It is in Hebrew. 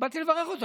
ובאתי לברך אותו.